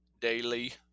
daily